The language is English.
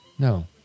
No